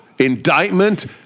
indictment